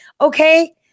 okay